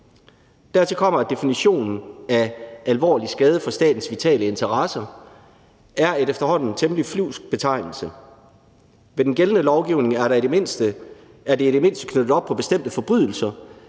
Dertil kommer, at definitionen af alvorlig skade for statens vitale interesser efterhånden er en temmelig flyvsk betegnelse. Med den gældende lovgivning er det i det mindste knyttet op på bestemte forbrydelser,